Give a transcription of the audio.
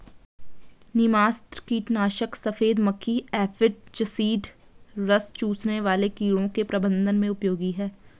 नीमास्त्र कीटनाशक सफेद मक्खी एफिड जसीड रस चूसने वाले कीड़ों के प्रबंधन में उपयोगी है